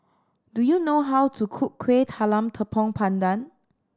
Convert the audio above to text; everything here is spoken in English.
do you know how to cook Kuih Talam Tepong Pandan